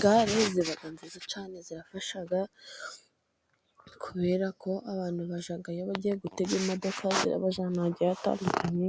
Gare ziba nziza cyane zirafasha, kubera ko abantu bajyayo bagiye gutega imodoka, zirabajyana ahantu hagiye hatandukanye,